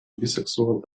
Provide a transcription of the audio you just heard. bisexual